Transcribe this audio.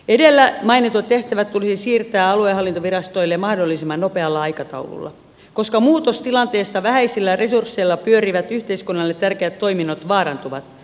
edellä mainitut tehtävät tulisi siirtää aluehallintovirastoille mahdollisimman nopealla aikataululla koska muutostilanteessa vähäisillä resursseilla pyörivät yhteiskunnalle tärkeät toiminnot vaarantuvat